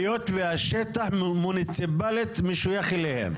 היות והשטח מוניציפאלית משויך אליהם.